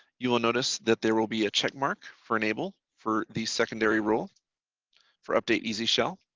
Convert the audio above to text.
you will notice that there will be a checkmark for enable for the secondary rule for update easy shell.